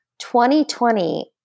2020